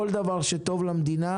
כל דבר שטוב למדינה,